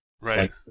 Right